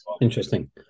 interesting